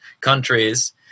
countries